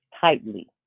tightly